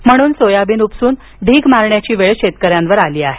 म्हणून सोयाबीन उपसून ढिग मारण्याची वेळ शेतकऱ्यांवर आली आहे